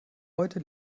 heute